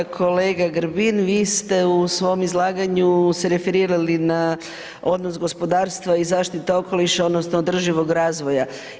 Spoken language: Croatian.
Kolega Grbin, vi ste u svom izlaganju se referirali na odnos gospodarstva i zaštita okoliša odnosno održivog razvoja.